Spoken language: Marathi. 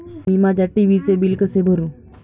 मी माझ्या टी.व्ही चे बिल कसे भरू?